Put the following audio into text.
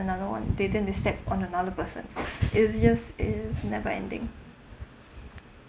another [one] they didn't they step on another person it's just it's never ending